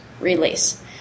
release